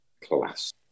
class